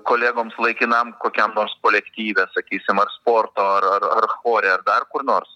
kolegoms laikinam kokiam nors kolektyve sakysim ar sporto ar ar ar chore ar dar kur nors